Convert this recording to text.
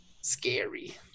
Scary